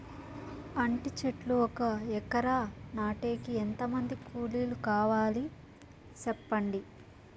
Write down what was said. అంటి చెట్లు ఒక ఎకరా నాటేకి ఎంత మంది కూలీలు కావాలి? సెప్పండి?